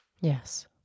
Yes